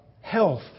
health